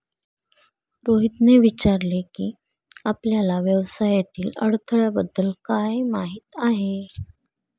रोहितने विचारले की, आपल्याला व्यवसायातील अडथळ्यांबद्दल काय माहित आहे?